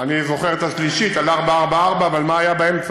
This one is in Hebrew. אני זוכר את השלישית על 444, אבל מה היה באמצע?